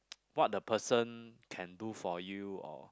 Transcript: what the person can do for you or